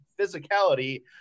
physicality